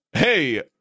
Hey